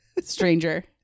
Stranger